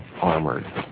armored